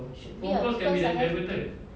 should be ah because I have to